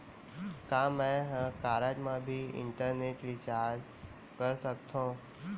का मैं ह कारड मा भी इंटरनेट रिचार्ज कर सकथो